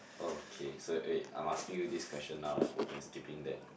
okay so wait I'm asking you this question now right we are skipping that